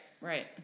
right